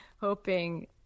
hoping